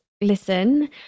listen